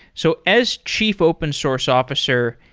so as chief open source officer,